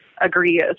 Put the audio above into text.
agree